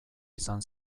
izan